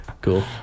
Cool